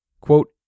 Quote